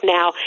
now